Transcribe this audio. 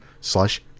slash